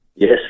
Yes